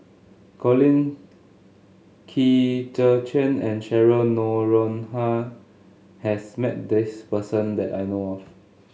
Colin Qi Zhe Quan and Cheryl Noronha has met this person that I know of